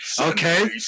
okay